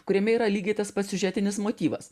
kuriame yra lygiai tas pats siužetinis motyvas